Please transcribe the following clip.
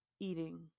eating